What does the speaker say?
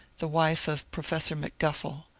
the wife of professor mcguffie.